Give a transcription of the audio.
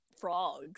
frogs